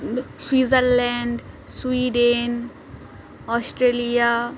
Switzerland Sweden Australia